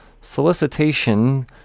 Solicitation